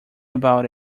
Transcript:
about